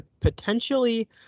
potentially